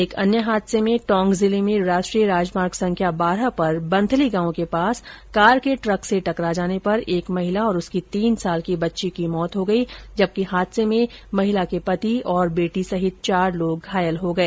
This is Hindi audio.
एक अन्य हादसे में टोंक जिले में राष्ट्रीय राजमार्ग संख्या बारह पर बंथली गांव के पास कार के ट्रक से टकरा जाने पर एक महिला और उसकी तीन साल की बच्ची की मौत हो गई जबकि हादसे में महिला के पति औरं बेटी सहित चार लोग घायल हो गए